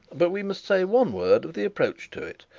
but we must say one word of the approach to it,